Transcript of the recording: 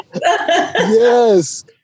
Yes